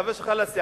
החבר שלך לסיעה,